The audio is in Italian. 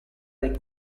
dei